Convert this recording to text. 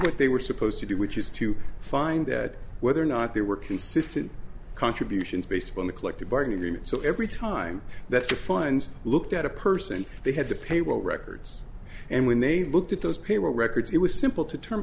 what they were supposed to do which is to find whether or not there were consistent contributions based upon the collective bargaining agreement so every time that defines looked at a person they had the payroll records and when they looked at those payroll records it was simple to term